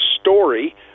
story